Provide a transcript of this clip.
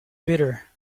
bitter